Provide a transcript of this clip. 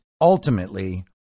ultimately